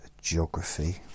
geography